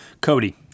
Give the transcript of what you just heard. Cody